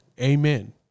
Amen